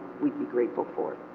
we'd be grateful for.